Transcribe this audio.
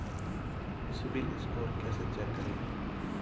CIBIL score कैसे check करें?